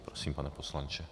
Prosím, pane poslanče.